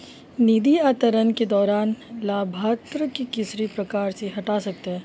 निधि अंतरण के दौरान लाभार्थी को किस प्रकार से हटा सकते हैं?